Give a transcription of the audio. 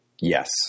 Yes